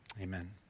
Amen